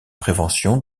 prévention